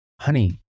honey